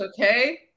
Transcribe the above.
okay